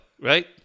right